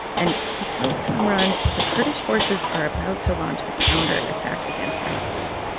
and he tells kamaran the kurdish forces are about to launch a counterattack against isis.